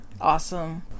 awesome